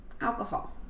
alcohol